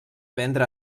vendre